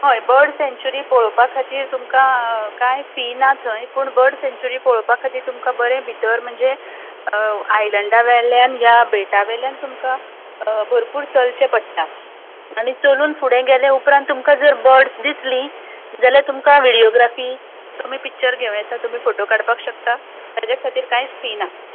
हय bird sanctuary पळोवपा खातीर तुमकां कांय फी ना थंय पूण बर्ड सेंचुरी पळोवपा खातीर तुमकां बरें भितर म्हणजे आयलँडा वेल्यान ह्या बेटा वेल्यान तुमकां भरपूर चलचें पडटा आनी चलून फुडें गेल्या उपरांत तुमकां बर्डस जर दिसलीं जाल्यार तुमकां विडीयोग्राफी तुमी पिक्चर घेवं येता तुमी फोटो काडपाक शकता ताचे खातीर कांयच फी ना